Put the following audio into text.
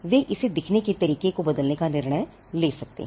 वे इसे दिखने के तरीके को बदलने का निर्णय ले सकते हैं